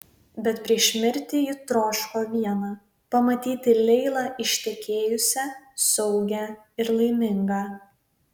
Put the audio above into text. bet prieš mirtį ji troško viena pamatyti leilą ištekėjusią saugią ir laimingą